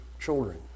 children